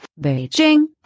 Beijing